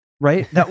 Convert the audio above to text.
right